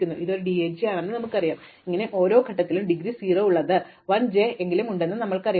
അതിനാൽ ഇത് ഒരു DAG ആണെന്ന് ഞങ്ങൾക്കറിയാം അതിനാൽ ഓരോ ഘട്ടത്തിലും ഡിഗ്രി 0 ഉള്ള കുറഞ്ഞത് 1 j എങ്കിലും ഉണ്ടെന്ന് ഞങ്ങൾക്കറിയാം